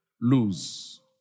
lose